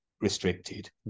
restricted